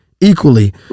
equally